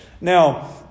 Now